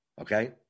Okay